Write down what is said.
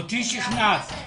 תודה גם לשיר שכינסת אותנו.